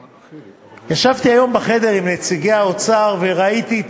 ישבתי היום בחדר עם נציגי האוצר וראיתי את